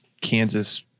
Kansas